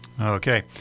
okay